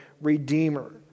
redeemer